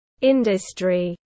industry